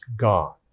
God